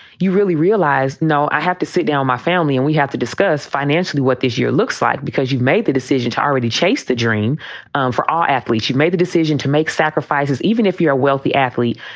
you really realize, no, i have to sit down my family and we have to discuss financially what this year looks like, because you've made the decision to already chase the dream for all athletes. you've made the decision to make sacrifices. even if you're a wealthy athlete,